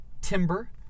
Timber